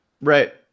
Right